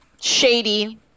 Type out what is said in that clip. Shady